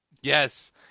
Yes